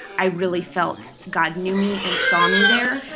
i really felt god knew me and saw me there.